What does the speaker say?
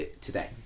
today